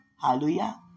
Hallelujah